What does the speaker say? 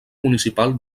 municipal